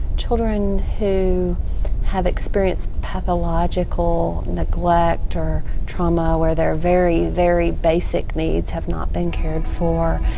children who have experienced pathological neglect or trauma, or their very, very basic needs have not been cared for